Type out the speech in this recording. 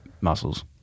muscles